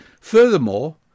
Furthermore